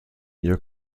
ihr